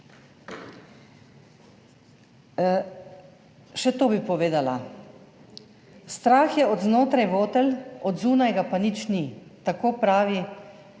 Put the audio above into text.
Še to bi povedala, strah je od znotraj votel, od zunaj ga pa nič ni, tako pravi